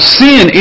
sin